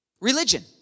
religion